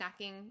snacking